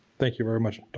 thank you very much